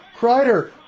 Kreider